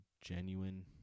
genuine